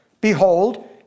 Behold